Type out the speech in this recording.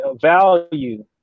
value